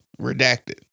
redacted